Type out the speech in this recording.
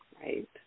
Right